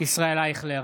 ישראל אייכלר,